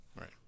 right